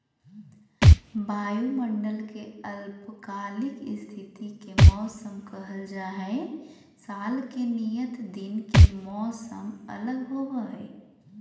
वायुमंडल के अल्पकालिक स्थिति के मौसम कहल जा हई, साल के नियत दिन के मौसम अलग होव हई